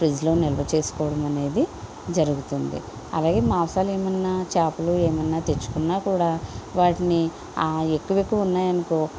fridge లో నిల్వ చేసుకోవడం అనేది జరుగుతుంది అలాగే మాంసాలేమన్నా చేపలు ఏమన్నా తెచ్చుకున్నా కూడా వాటిని ఎక్కువ ఎక్కువ ఉన్నాయి అనుకో